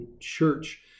Church